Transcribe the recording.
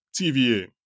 TVA